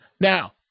Now